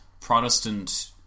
Protestant